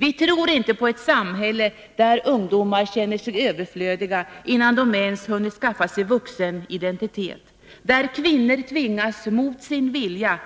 Vitrorinte på ett samhälle, där ungdomar känner sig överflödiga, innan de ens hunnit skaffa sig vuxen identitet, och där kvinnor tvingas mot sin vilja